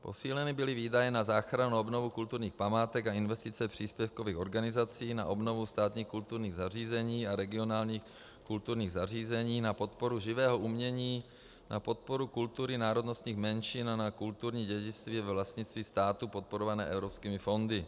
Posíleny byly výdaje na záchranu a obnovu kulturních památek a investice příspěvkových organizací na obnovu státních kulturních zařízení a regionálních kulturních zařízení, na podporu živého umění, na podporu kultury národnostních menšin a na kulturní dědictví ve vlastnictví státu podporované evropskými fondy.